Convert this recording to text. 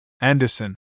Anderson